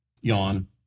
yawn